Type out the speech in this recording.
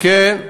כן.